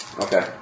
Okay